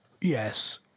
yes